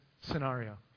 scenario